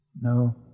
No